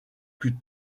plus